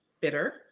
bitter